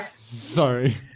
Sorry